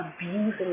abusing